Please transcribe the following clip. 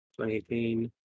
2018